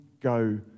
go